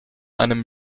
einem